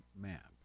map